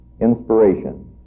inspiration